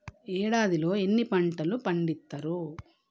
ఏడాదిలో ఎన్ని పంటలు పండిత్తరు?